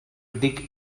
dig